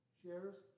shares